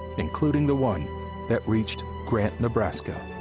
including the one that reached grant, nebraska.